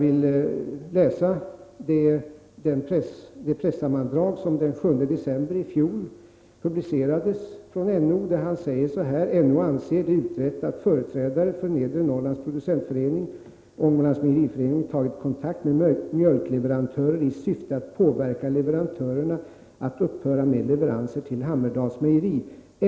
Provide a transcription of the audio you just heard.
I den pressinformation som NO publicerade den 7 december i fjol står det: ”NO anser det utrett att företrädare för Nedre Norrlands Producentförening och Ångermanlands Mejeriförening tagit kontakter med mjölkleverantörer i syfte att påverka leverantörerna att upphöra med leveranser till Hammerdals Mejeri.